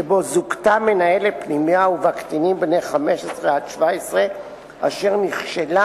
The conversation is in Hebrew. שבו זוכתה מנהלת פנימייה שבה קטינים בני 15 עד 17 אשר נכשלה